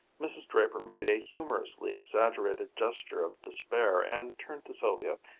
mrs. draper made a humorously exaggerated gesture of despair and turned to sylvia.